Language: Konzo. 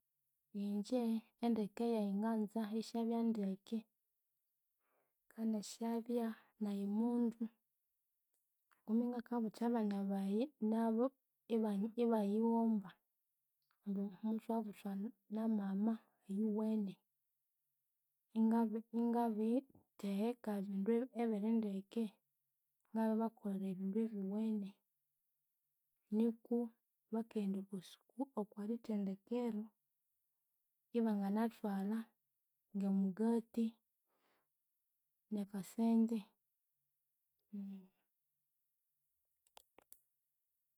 Ingye endeke yayi nganza iyisyabya ndeke nganasyabya nayi mundu. Ngumbi ngakabutha abana bayi nabu ibabya ibayighomba ngu muthwabuthwa namama oyuwene. Ingabi ingabithegheka ebindu ebi- ebirindeke, ingabiribakolera ebindu ebyuwene nuku bakaghenda okwasuku okwithendekero ibanganathwalha ngemugati nekasente